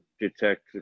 detect